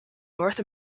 north